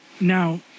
Now